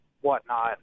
whatnot